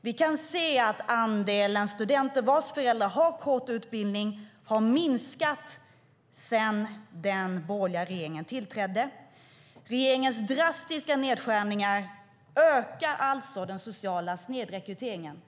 Vi kan se att andelen studenter vilkas föräldrar har kort utbildning har minskat sedan den borgerliga regeringen tillträdde. Regeringens drastiska nedskärningar ökar alltså den sociala snedrekryteringen.